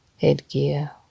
headgear